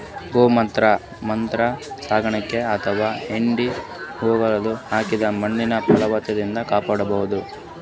ಗೋಮೂತ್ರ ಮತ್ತ್ ಸಗಣಿ ಅಥವಾ ಹೆಂಡಿ ಹೊಲ್ದಾಗ ಹಾಕಿದ್ರ ಮಣ್ಣಿನ್ ಫಲವತ್ತತೆ ಕಾಪಾಡಬಹುದ್